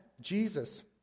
Jesus